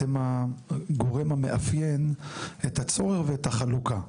אתם הגורם המאפיין את הצורך ואת החלוקה.